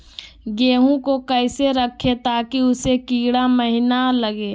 गेंहू को कैसे रखे ताकि उसमे कीड़ा महिना लगे?